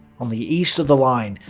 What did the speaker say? on the east of the line,